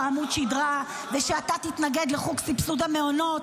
אתמוך בסבסוד מעונות